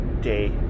day